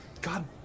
God